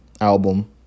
album